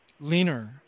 leaner